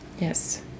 Yes